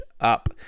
up